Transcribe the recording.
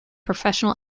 professional